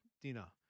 dinner